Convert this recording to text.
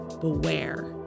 beware